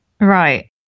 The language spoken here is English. Right